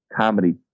comedy